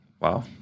Wow